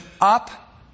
up